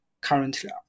currently